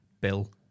Bill